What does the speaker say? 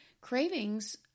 Cravings